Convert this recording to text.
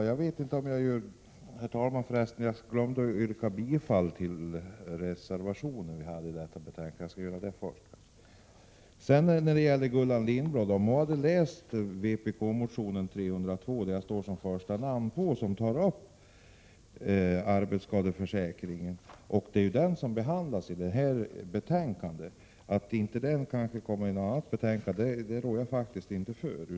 Herr talman! I mitt anförande glömde jag att yrka bifall till reservationen, varför jag gör det nu. Jag hoppas att Gullan Lindblad har läst motion Sf302 under vilken jag står som första namn. I den tar vi upp frågan om arbetsskadeförsäkringen, som också behandlas i detta betänkande. Att inte frågan hamnade i ett annat betänkande rår jag faktiskt inte för.